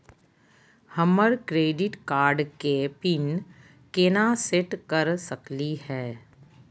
हमर credit card के pin केना सेट कर सकली हे?